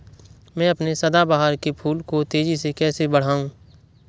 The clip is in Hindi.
मैं अपने सदाबहार के फूल को तेजी से कैसे बढाऊं?